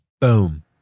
Boom